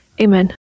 Amen